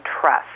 trust